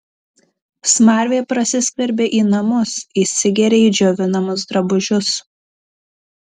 smarvė prasiskverbia į namus įsigeria į džiovinamus drabužius